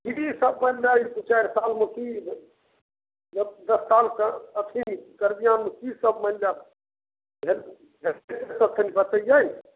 की सब बनि रहल ई दू चारि सालमे कि दस साल सँ कथि कल्याण की सब मानि लए भेल ई सब कनी बतैयै